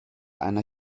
einer